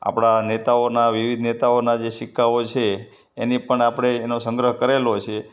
આપણા નેતાઓના વિવિધ નેતાઓના જે સિક્કાઓ છે એની પણ આપણે એનો સંગ્રહ કરેલો છે